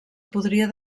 podria